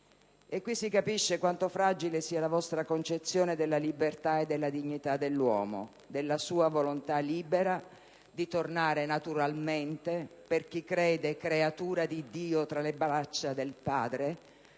qui si capisce quanto fragile sia la vostra concezione della libertà e dignità dell'uomo, della sua volontà libera di tornare naturalmente, per chi crede, creatura di Dio tra le braccia del Padre